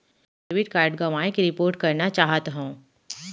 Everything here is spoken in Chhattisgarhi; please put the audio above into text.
मै हा अपन डेबिट कार्ड गवाएं के रिपोर्ट करना चाहत हव